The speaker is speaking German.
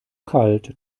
kalt